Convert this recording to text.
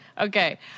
Okay